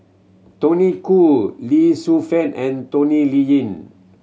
Tony Khoo Lee Shu Fen and Tony Liying